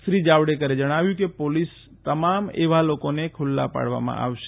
શ્રી જાવડેકરે જણાવ્યું કે પોલીસ તમામમાં એવા લોકોને ખૂલા પાડવામાં આવશે